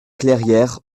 clairières